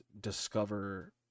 discover